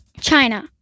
China